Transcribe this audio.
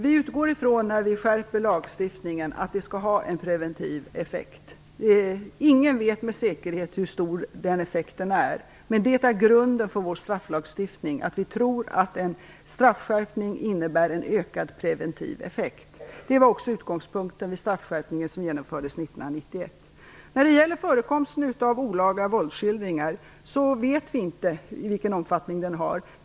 Herr talman! När vi skärper lagstiftningen utgår vi ifrån att det skall ha en preventiv effekt. Ingen vet med säkerhet hur stor den effekten är, men det är grunden för vår strafflagstiftning. Vi tror att en straffskärpning innebär en ökad preventiv effekt. Det var också utgångspunkten vid den straffskärpning som genomfördes 1991. När det gäller förekomsten av olaga våldsskildringar vet vi inte vilken omfattning den har.